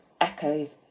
echoes